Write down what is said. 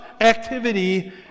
activity